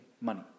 money